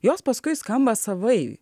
jos paskui skamba savai